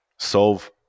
solve